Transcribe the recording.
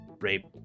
rape